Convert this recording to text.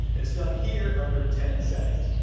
it is done here under tenant settings.